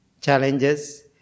challenges